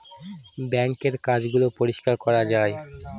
বাঙ্কের কাজ গুলো পরিষ্কার করা যায়